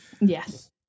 Yes